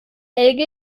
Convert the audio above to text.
helge